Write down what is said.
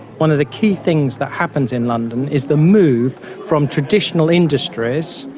one of the key things that happens in london is the move from traditional industries,